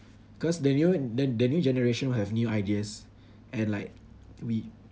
cause the new the the new generation will have new ideas and like we